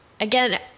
again